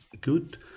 good